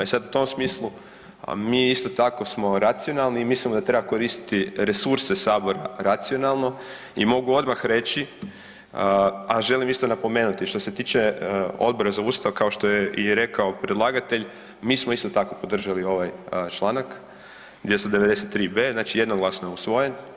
E sad u tom smislu mi isto tako smo racionalni i mislimo da treba koristiti resurse Sabora racionalno i mogu odmah reći, a želim isto napomenuti, što se tiče Odbora za Ustav, kao što je i rekao predlagatelj, mi smo isto tako podržali ovaj članak 293.b, znači jednoglasno je usvojen.